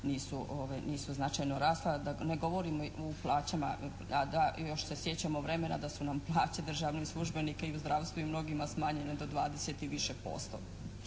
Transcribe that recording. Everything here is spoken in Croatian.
nisu značajno rasle, a da ne govorimo u plaćama a da još se sjećamo vremena da su nam plaće državne službenike i u zdravstvu i mnogima smanjene do 20 i više %.